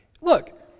look